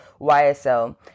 YSL